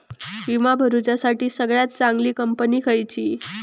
विमा भरुच्यासाठी सगळयात चागंली कंपनी खयची?